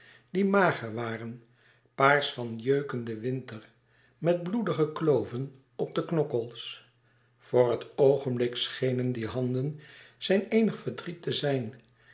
die mager waren paars van jeukenden winter met bloedige kloven op de knokkels voor het oogenblik schenen die handen zijn eenig verdriet te zijn